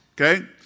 Okay